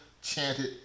chanted